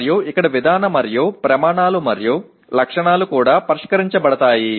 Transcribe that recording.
మరియు ఇక్కడ విధాన మరియు ప్రమాణాలు మరియు లక్షణాలు కూడా పరిష్కరించబడతాయి